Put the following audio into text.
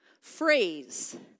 phrase